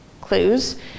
clues